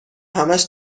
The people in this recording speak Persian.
همش